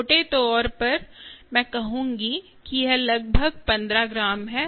मोटे तौर पर मैं कहूंगी कि यह लगभग 15 ग्राम है